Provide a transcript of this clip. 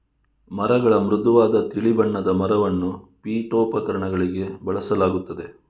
ಮರಗಳ ಮೃದುವಾದ ತಿಳಿ ಬಣ್ಣದ ಮರವನ್ನು ಪೀಠೋಪಕರಣಗಳಿಗೆ ಬಳಸಲಾಗುತ್ತದೆ